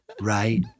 right